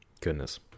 Goodness